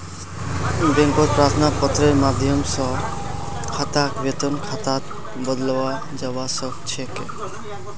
बैंकत प्रार्थना पत्रेर माध्यम स खाताक वेतन खातात बदलवाया जबा स ख छ